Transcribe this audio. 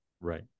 Right